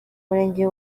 murenge